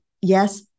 yes